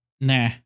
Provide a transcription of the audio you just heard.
nah